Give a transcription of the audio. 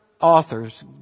authors